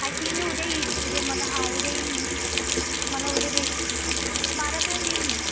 I think मी उद्या येईन उद्या मला हां उद्या येईन मी मला उद्या भेट बारापर्यंत येईन मी